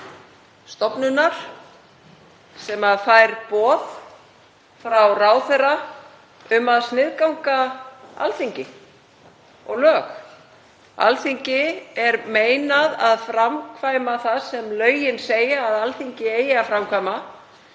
stofnunar sem fær boð frá ráðherra um að sniðganga Alþingi og lög. Alþingi er meinað að framkvæma það sem lögin segja að Alþingi eigi að framkvæma.